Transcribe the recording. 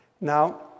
Now